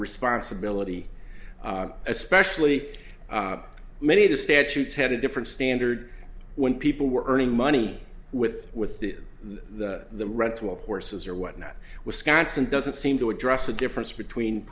responsibility especially many of the statutes had a different standard when people were earning money with with the the rental horses or whatnot wisconsin doesn't seem to address the difference between